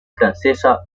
francesa